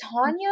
Tanya